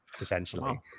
essentially